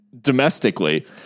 domestically